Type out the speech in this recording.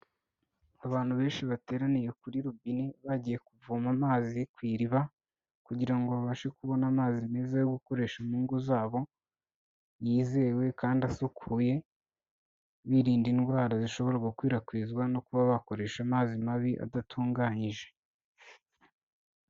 Abantu benshi bateraniye kuri robine bagiye kuvoma amazi ku iriba kugira ngo babashe kubona amazi meza yo gukoresha mu ngo zabo yizewe kandi asukuye, birinda indwara zishobora gukwirakwizwa no kuba bakoresha amazi mabi adatunganyije.